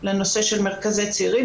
לנושא של מרכזי צעירים.